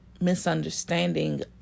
misunderstanding